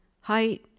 height